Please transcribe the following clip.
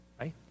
Right